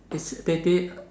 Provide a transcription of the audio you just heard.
is they did